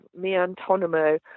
Miantonimo